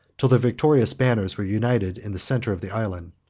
till their victorious banners were united in the centre of the island.